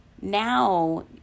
now